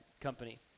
company